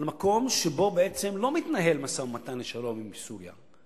על מקום שבו בעצם לא מתנהל משא-ומתן לשלום עם סוריה.